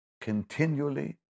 continually